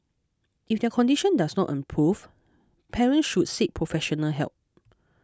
if their condition does not improve parents should seek professional help